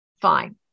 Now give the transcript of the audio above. Fine